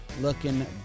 looking